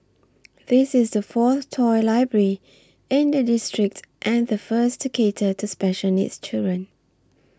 this is the fourth toy library in the district and the first to cater to special needs children